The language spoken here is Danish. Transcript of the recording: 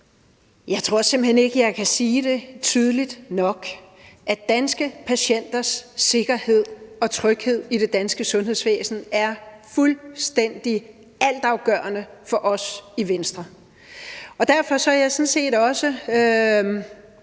Jeg tror simpelt hen ikke, jeg kan sige det tydeligt nok: Danske patienters sikkerhed og tryghed i det danske sundhedsvæsen er fuldstændig altafgørende for os i Venstre. Derfor er jeg sådan set også